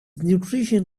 nutrition